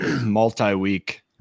multi-week